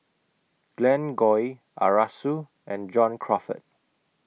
Glen Goei Arasu and John Crawfurd